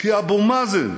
כי אבו מאזן,